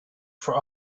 for